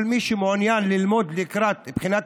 כל מי שמעוניין ללמוד לקראת בחינת